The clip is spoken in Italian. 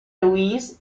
louise